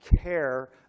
care